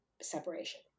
separation